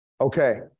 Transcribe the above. Okay